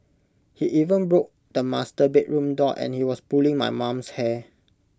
he even broke the master bedroom door and he was pulling my mum's hair